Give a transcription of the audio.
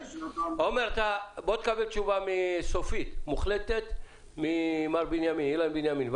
תקבל תשובה סופית ומוחלטת ממר אילן בנימין,